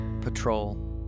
patrol